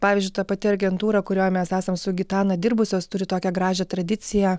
pavyzdžiui ta pati agentūra kurioj mes esam su gitana dirbusios turi tokią gražią tradiciją